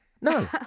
No